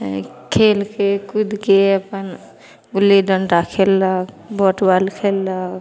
खेलके कूदिके अपन गुल्ली डंटा खेललक बौट बॉल खेललक